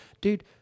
dude